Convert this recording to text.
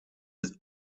his